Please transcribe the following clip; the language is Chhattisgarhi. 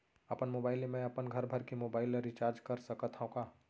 अपन मोबाइल ले मैं अपन घरभर के मोबाइल ला रिचार्ज कर सकत हव का?